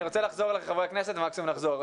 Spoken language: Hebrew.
אני רוצה לחזור לחברי הכנסת, ומקסימום נחזור.